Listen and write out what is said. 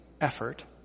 effort